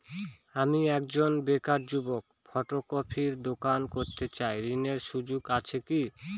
আমি একজন বেকার যুবক ফটোকপির দোকান করতে চাই ঋণের সুযোগ আছে কি?